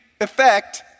effect